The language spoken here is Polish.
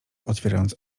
otwierając